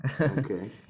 Okay